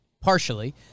Partially